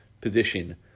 position